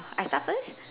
uh I start first